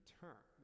term